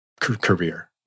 career